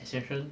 exception